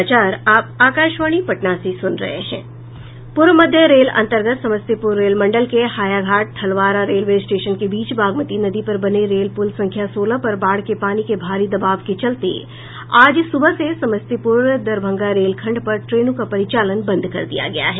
पूर्व मध्य रेल अंतर्गत समस्तीपूर रेल मंडल के हायाघाट थलवारा रेलवे स्टेशन के बीच बागमती नदी पर बने रेल पूल संख्या सोलह पर बाढ़ के पानी के भारी दबाव के चलते आज सुबह से समस्तीपुर दरभंगा रेल खंड पर ट्रेनों का परिचालन बंद कर दिया गया है